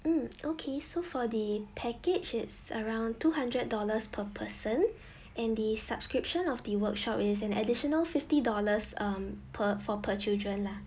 um okay so for the package its around two hundred dollars per person and the subscription of the workshop is an additional fifty dollars um per for per children lah